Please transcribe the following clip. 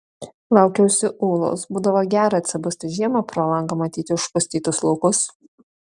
laukiausi ūlos būdavo gera atsibusti žiemą pro langą matyti užpustytus laukus